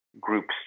groups